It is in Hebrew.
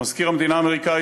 מזכיר המדינה האמריקני,